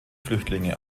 flüchtlinge